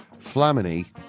Flamini